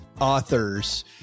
authors